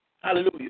Hallelujah